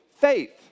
faith